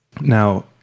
now